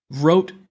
wrote